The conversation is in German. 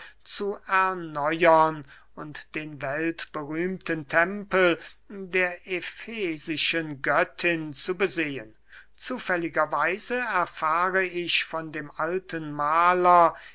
zu erneuern und den weltberühmten tempel der efesischen göttin zu besehen zufälliger weise erfahre ich von dem alten mahler